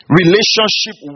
relationship